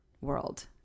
world